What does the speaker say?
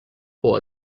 for